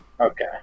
Okay